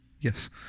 Yes